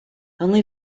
only